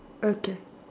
okay